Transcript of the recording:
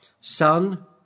Son